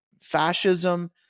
fascism